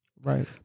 Right